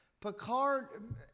Picard